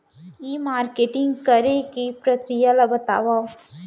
ई marketing करे के प्रक्रिया ला बतावव?